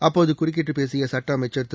அப்போது குறுக்கிட்டுப் பேசிய சுட்ட அமைச்சர் திரு